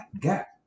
gap